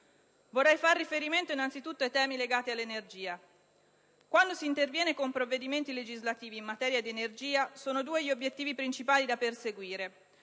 Vorrei far riferimento innanzitutto ai temi legati all'energia. Quando si interviene con provvedimenti legislativi in materia di energia sono due gli obiettivi principali da perseguire,